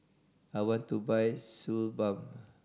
I want to buy Suu Balm